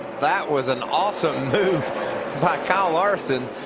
that was an awesome move by kyle larson.